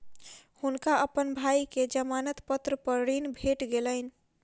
हुनका अपन भाई के जमानत पत्र पर ऋण भेट गेलैन